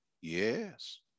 Yes